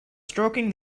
stroking